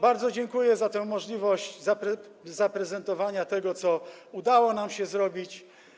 Bardzo dziękuję za tę możliwość zaprezentowania tego, co udało nam się zrobić.